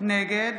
נגד